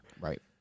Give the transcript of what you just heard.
Right